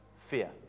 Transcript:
Fear